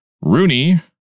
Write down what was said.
Rooney